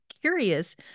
curious